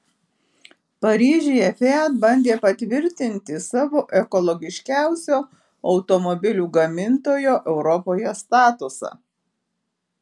paryžiuje fiat bandė patvirtinti savo ekologiškiausio automobilių gamintojo europoje statusą